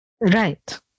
Right